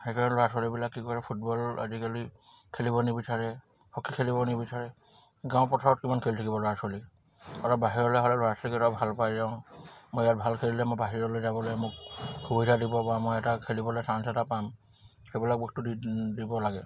সেইকাৰণে ল'ৰা ছোৱালীবিলাক কি কৰে ফুটবল আজিকালি খেলিব নিবিচাৰে হকী খেলিব নিবিচাৰে গাঁও পথাৰত কিমান খেলি থাকিব ল'ৰা ছোৱালী আৰু বাহিৰলে গ'লে ল'ৰা ছোৱালীকেটাই ভাল পাই মই ইয়াত ভাল খেলিলে মই বাহিৰলৈ যাবলে মোক সুবিধা দিব বা মই এটা খেলিবলে চান্স এটা পাম সেইবিলাক বস্তু দি দিব লাগে